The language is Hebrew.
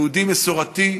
יהודי מסורתי,